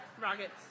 Rockets